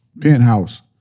penthouse